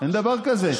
אין דבר כזה.